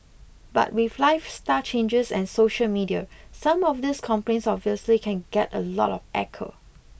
but with lifestyle changes and social media some of these complaints obviously can get a lot of echo